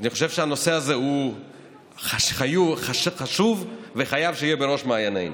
אז אני חושב שהנושא הזה חשוב וחייב שיהיה בראש מעיינינו,